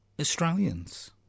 Australians